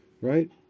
Right